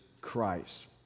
Christ